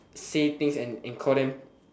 say things and and call them